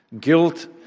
Guilt